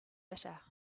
bitter